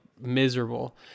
miserable